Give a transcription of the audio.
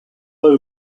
low